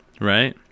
right